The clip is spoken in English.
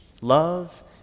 Love